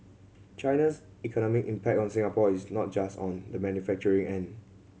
China's economic impact on Singapore is not just on the manufacturing end